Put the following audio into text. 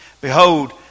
behold